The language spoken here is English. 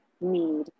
need